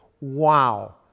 Wow